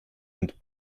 und